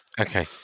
Okay